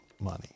money